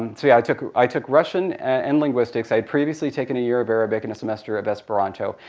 and so yeah i took i took russian and linguistics. i had previously taken a year of arabic and a semester of esperanto,